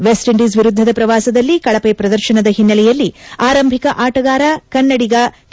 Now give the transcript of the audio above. West Indies ವಿರುದ್ದದ ಪ್ರವಾಸದಲ್ಲಿ ಕಳಪೆ ಪ್ರದರ್ಶನದ ಹಿನ್ನೆಲೆಯಲ್ಲಿ ಆರಂಭಿಕ ಆಟಗಾರ ಕನ್ನಡಿಗ ಕೆ